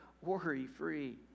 worry-free